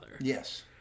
Yes